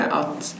att